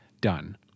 done